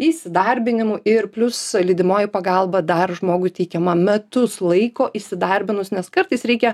įsidarbinimu ir plius lydimoji pagalba dar žmogui teikiama metus laiko įsidarbinus nes kartais reikia